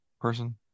person